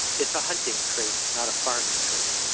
it's a hunting trait, not a farming trait.